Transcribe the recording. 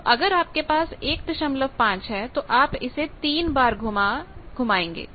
तो अगर आपके पास 15 है तो आप इसे तीन बाeर घूम आएंगे